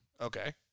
Okay